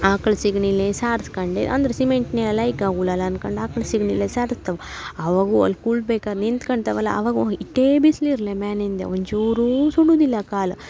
ಆಕ್ಳ ಸೆಗ್ಣಿಲಿ ಸಾರ್ಸ್ಕಂಡು ಅಂದ್ರೆ ಸಿಮಿಂಟ್ ನೆಲ ಲೈಕಾಗುಲಲ್ಲ ಅನ್ಕಂಡು ಆಕ್ಳ ಸೆಗ್ಣಿಲಿ ಸಾರಸ್ತಾವೆ ಆವಾಗೂ ಅಲ್ಲಿ ಕುಳ್ಬೆಕಾರೆ ನಿಂತ್ಕಂತವಲ್ಲ ಅವಾಗೂ ಎಟ್ಟೇ ಬಿಸಿಲಿರ್ಲಿ ಮ್ಯಾಲಿಂದೆ ಒಂಚೂರೂ ಸುಡುವುದಿಲ್ಲ ಕಾಲು